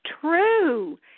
true